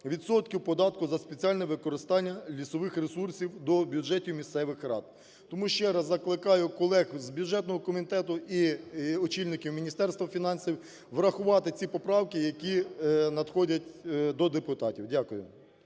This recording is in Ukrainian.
відсотків податку за спеціальне використання лісових ресурсів до бюджетів місцевих рад". Тому ще раз закликаю колег з бюджетного комітету і очільників Міністерства фінансів врахувати ці поправки, які надходять до депутатів. Дякую.